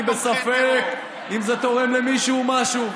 אני בספק אם זה תורם למישהו משהו.